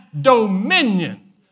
dominion